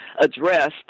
addressed